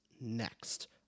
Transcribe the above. next